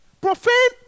Profane